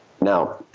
Now